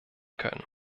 können